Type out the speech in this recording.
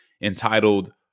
entitled